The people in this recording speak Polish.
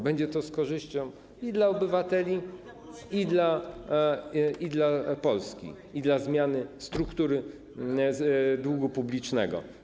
Będzie to z korzyścią i dla obywateli, i dla Polski, i dla zmiany struktury długu publicznego.